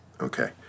Okay